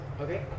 Okay